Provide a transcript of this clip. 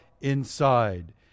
inside